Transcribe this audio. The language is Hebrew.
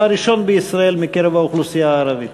הראשון בישראל מקרב האוכלוסייה הערבית.